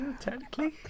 Technically